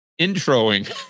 introing